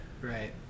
right